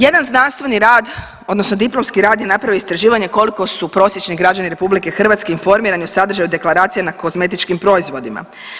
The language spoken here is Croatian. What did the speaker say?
Jedan znanstveni rad odnosno diplomski rad je napravio istraživanje koliko su prosječni građani RH informirani o sadržaju deklaracije na kozmetičkim proizvodima.